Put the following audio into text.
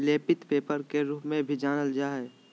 लेपित पेपर के रूप में भी जानल जा हइ